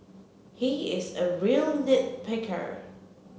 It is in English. he is a real nit picker